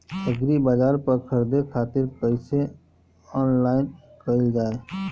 एग्रीबाजार पर खरीदे खातिर कइसे ऑनलाइन कइल जाए?